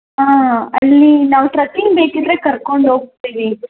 ಹಾಂ ಅಲ್ಲಿ ನಾವು ಟ್ರಕ್ಕಿಂಗ್ ಬೇಕಿದ್ದರೆ ಕರ್ಕೊಂಡು ಹೋಗ್ತಿವಿ